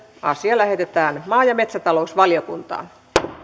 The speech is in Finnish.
asia lähetetään maa ja metsätalousvaliokuntaan